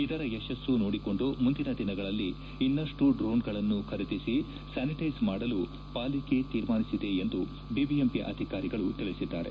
ಇದರ ಯಶಸ್ಸು ನೋಡಿಕೊಂಡು ಮುಂದಿನ ದಿನಗಳಲ್ಲಿ ಇನ್ನಷ್ಟು ದ್ರೋಣ್ಗಳನ್ನು ಖರೀದಿಸಿ ಸ್ಥಾನಿಟ್ಯೆಸ್ ಮಾಡಲು ಪಾಲಿಕೆ ತೀರ್ಮಾನಿಸಿದೆ ಎಂದು ಬಿಬಿಎಂಪಿ ಅಧಿಕಾರಿಗಳು ತಿಳಿಸಿದ್ದಾರೆ